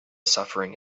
suffering